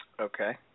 Okay